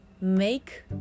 make